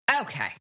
Okay